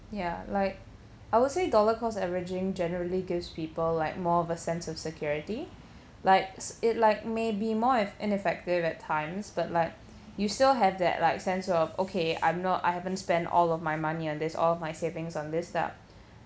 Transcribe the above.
ya like I will say dollar cost averaging generally gives people like more of a sense of security likes it like may be more ef~ ineffective at times but like you still have that like sense of okay I'm not I haven't spent all of my money on this all of my savings on this lah